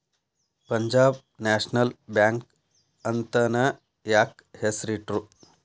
Punjab national bank ಅಂತನ ಯಾಕ್ ಹೆಸ್ರಿಟ್ರು?